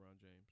James